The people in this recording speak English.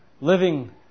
living